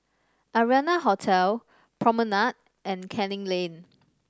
Arianna Hotel Promenade and Canning Lane